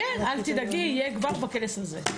יהיה, אל תדאגי, יהיה כבר בכנס הזה.